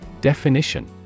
Definition